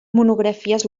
monografies